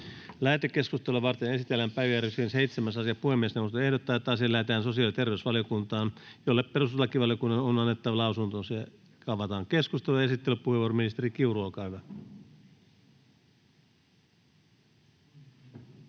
Lähetekeskustelua varten esitellään päiväjärjestyksen 7. asia. Puhemiesneuvosto ehdottaa, että asia lähetetään sosiaali- ja terveysvaliokuntaan, jolle perustuslakivaliokunnan on annettava lausunto. — Avataan keskustelu. Esittelypuheenvuoro, ministeri Kiuru, olkaa hyvä.